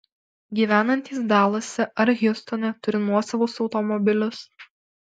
gyvenantys dalase ar hjustone turi nuosavus automobilius